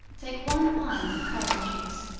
take one pint of currant juice,